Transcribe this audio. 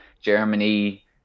Germany